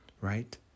Right